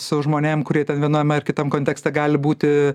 su žmonėm kurie ten viename ar kitam kontekste gali būti